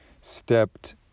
stepped